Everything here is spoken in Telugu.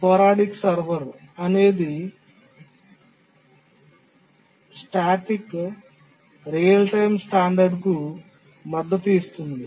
స్పోరాడిక్ సర్వర్ అనేది పాసిక్స్ రియల్ టైమ్ స్టాండర్డ్కు మద్దతు ఇస్తుంది